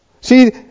See